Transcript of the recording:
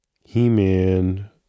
He-Man